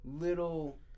little